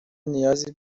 نیازی